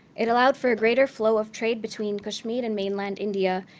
it allowed for a greater flow of trade between kashmir and mainland india,